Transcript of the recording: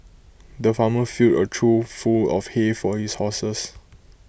the farmer filled A trough full of hay for his horses